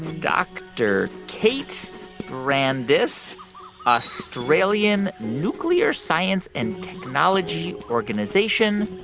dr. kate brandis, australian nuclear science and technology organization,